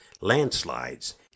landslides